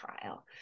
trial